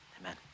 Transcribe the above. amen